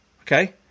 Okay